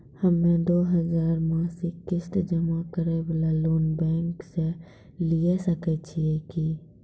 हम्मय दो हजार मासिक किस्त जमा करे वाला लोन बैंक से लिये सकय छियै की?